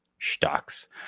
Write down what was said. Stocks